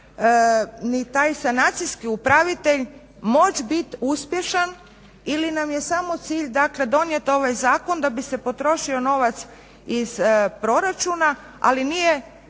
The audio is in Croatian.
će taj sanacijski upravitelj moći biti uspješan ili nam je samo cilj donijeti ovaj zakon da bi se potrošio novac iz proračuna ali nije